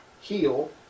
heal